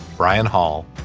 brian hall.